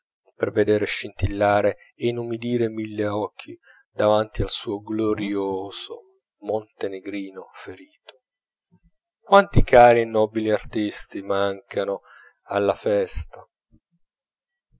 per veder scintillare e inumidirsi mille occhi davanti al suo glorioso montenegrino ferito quanti cari e nobili artisti mancano alla festa